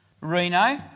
Reno